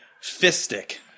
Fistic